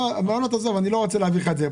לא, המעונות עזוב, אני לא רוצה להביא לך את זה.